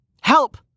Help